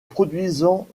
produisant